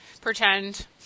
pretend